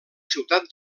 ciutat